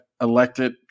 elected